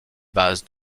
bases